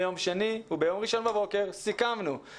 בוקר טוב לכולם,